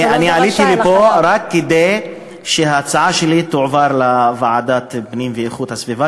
אני עליתי לפה רק כדי שההצעה שלי תועבר לוועדת הפנים ואיכות הסביבה,